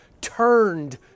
turned